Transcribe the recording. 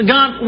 God